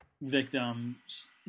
victims